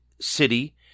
city